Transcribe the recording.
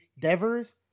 Devers